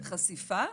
חשיפה,